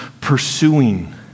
pursuing